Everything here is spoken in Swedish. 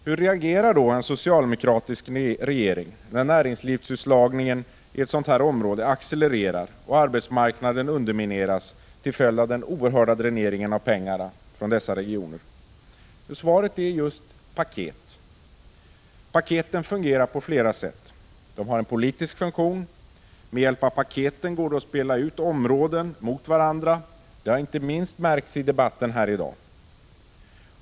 Hur reagerar då en socialdemokratisk regering, när näringslivsutslagningen i ett sådant här område accelererar och arbetsmarknaden undermineras till följd av den oerhörda dräneringen av pengar från denna region? Svaret är just paket. Paketen fungerar på flera sätt. De har en politisk funktion. Med hjälp av paketen går det att spela ut områden mot varandra, vilket inte minst har märkts i debatten här i dag.